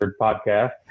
podcast